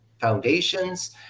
foundations